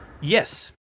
Yes